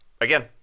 again